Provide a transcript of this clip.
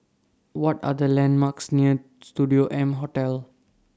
What Are The landmarks near Studio M Hotel